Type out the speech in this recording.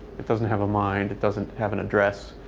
it doesn't have a mind, it doesn't have an address,